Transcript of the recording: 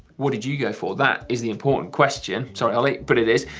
what did you go for? that is the important question. sorry, ollie, but it is.